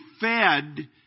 fed